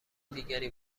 دیگری